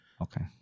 Okay